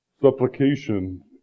Supplication